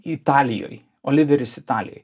italijoj oliveris italijoj